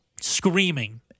screaming